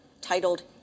titled